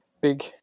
big